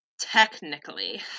technically